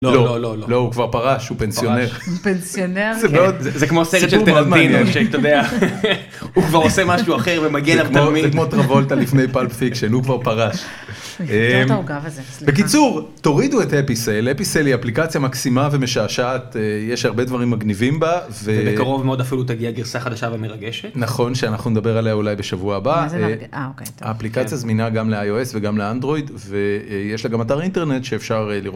לא לא לא לא הוא כבר פרש הוא פנסיונר פנסיונר זה כמו סרט של תל טרנטינו הוא כבר עושה משהו אחר ומגיע לתל אביב, זה כמו טרבולטה לפני פלפ פיקשן הוא כבר פרש. בקיצור תורידו את אפיסל אפיסל היא אפליקציה מקסימה ומשעשעת יש הרבה דברים מגניבים בה ובקרוב מאוד אפילו תגיע גרסה חדשה ומרגשת נכון שאנחנו נדבר עליה אולי בשבוע הבא. אפליקציה זמינה גם לאי או אס וגם לאנדרואיד ויש לה גם אתר אינטרנט שאפשר לראות.